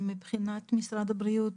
מבחינת משרד הבריאות,